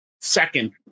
second